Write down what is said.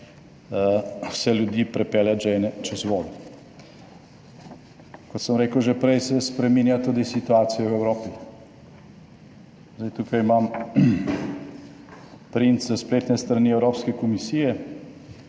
vse ljudi pripeljati žejne čez vodo. Kot sem rekel že prej, se spreminja tudi situacija v Evropi. Zdaj, tukaj imam »print« s spletne strani Evropske komisije,